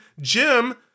Jim